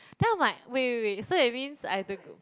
then I'm like wait wait wait so that means I have to go